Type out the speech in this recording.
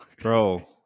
Bro